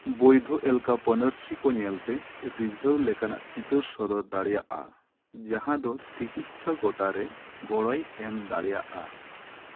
ᱵᱚᱭᱫᱷᱚ ᱮᱞᱠᱷᱟ ᱯᱟᱹᱱᱟᱹᱨᱥᱤ ᱠᱚ ᱧᱮᱞ ᱛᱮ ᱨᱤᱡᱷᱟᱹᱣ ᱞᱮᱠᱟᱱᱟᱜ ᱪᱤᱛᱟᱹᱨ ᱥᱚᱫᱚᱨ ᱫᱟᱲᱮᱭᱟᱜᱼᱟ ᱡᱟᱦᱟᱸ ᱫᱚ ᱛᱤᱠᱤᱪᱪᱷᱟ ᱜᱚᱴᱟᱨᱮ ᱜᱚᱲᱚᱭ ᱮᱢ ᱫᱟᱲᱮᱭᱟᱜᱼᱟ